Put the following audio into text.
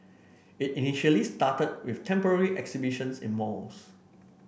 it initially started with temporary exhibitions in malls